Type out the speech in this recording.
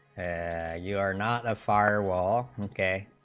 and you are not a firewall a